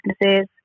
businesses